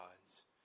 God's